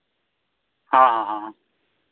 ᱦᱚᱸ ᱦᱚᱸ ᱦᱚᱸ